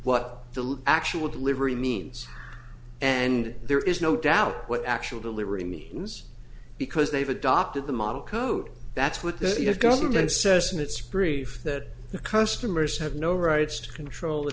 what the actual delivery means and there is no doubt what actual delivery means because they've adopted the model code that's what the u s government says in its brief that the customers have no rights to control the